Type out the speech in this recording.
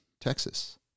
Texas